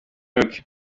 york